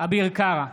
אביר קארה,